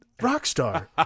Rockstar